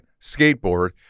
skateboard